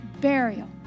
burial